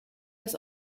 das